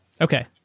Okay